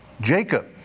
Jacob